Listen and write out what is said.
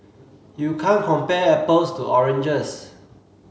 you can't compare apples to oranges